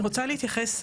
אני רוצה להתייחס,